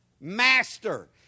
master